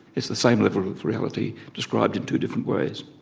it's the same level with reality described in two different ways.